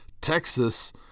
Texas